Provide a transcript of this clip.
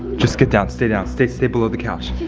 just get down, stay down, stay, stay below the couch.